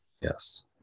yes